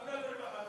אז עבודה ורווחה.